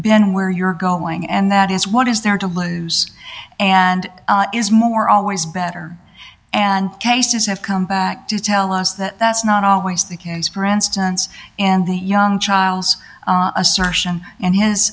been where you're going and that is what is there to lose and is more always better and cases have come back to tell us that that's not always the case for instance in the young child's assertion and his